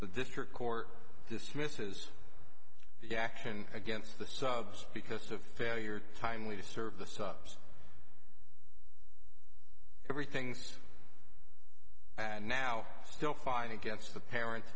the district court dismisses the action against the subs because of failure timely to serve the sups everything's and now still fighting against the parent